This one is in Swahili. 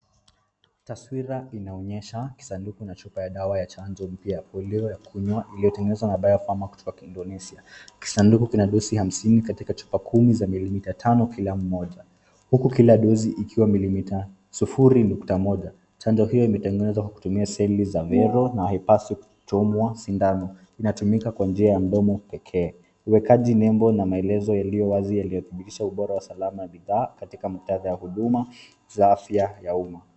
Taswira inaonyesha kisanduku na chupa ya dawa ya chanjo mpya ya polio ya kunywa iliyotengenezwa na Dawa Pharmac kutoka Indonesia. Kisanduku kina dozi hamsini katika chupa kumi za milimita tano kila moja huku kila dozi ikiwa milimita sufuri nukta moja. Chanjo hiyo imetengenezwa kwa kutumia seli za viral na haipaswa kuchomwa sindano. Inatumika kwa njia ya mdomo pekee. Uwekaji nembo na maelezo yaliyowazi yaliyodumisha ubora wa usalama wa bidhaa katika muktadha wa huduma za afya ya umma.